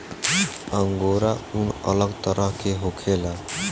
angora ऊन अलग तरह के होखेला